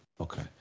Okay